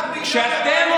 רק בגלל שאתם בקואליציה.